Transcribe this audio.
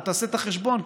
או תעשה את החשבון,